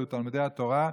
אלו תלמודי התורה,